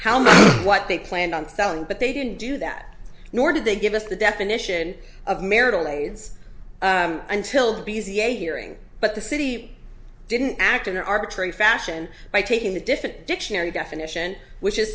of what they planned on selling but they didn't do that nor did they give us the definition of marital aids until b z a hearing but the city didn't act in an arbitrary fashion by taking a different dictionary definition which is